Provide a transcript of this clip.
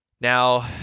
now